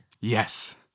Yes